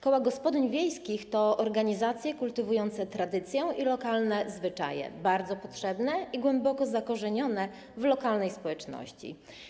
Koła gospodyń wiejskich to organizacje kultywujące tradycję i lokalne zwyczaje, bardzo potrzebne i głęboko zakorzenione w lokalnej społeczności.